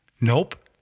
Nope